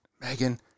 Megan